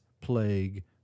plague